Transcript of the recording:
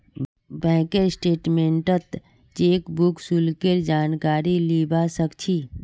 बैंकेर स्टेटमेन्टत चेकबुक शुल्केर जानकारी लीबा सक छी